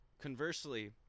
conversely